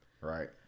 Right